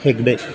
Hegde